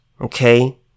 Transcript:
Okay